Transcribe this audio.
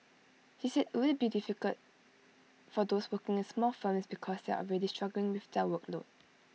he said IT would be difficult for those working in small firms because they are already struggling with their workload